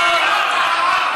אללהו אכבר,